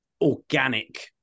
organic